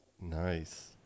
Nice